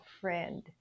friend